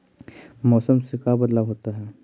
मौसम से का बदलाव होता है?